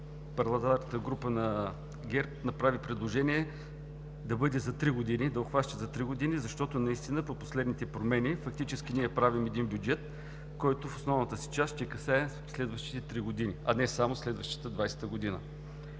Парламентарната група на ГЕРБ направи предложение да обхваща три години, защото наистина с последните промени фактически ние правим един бюджет, който в основната си част ще касае следващите три години, а не само следващата 2020 г.